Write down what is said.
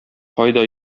кайда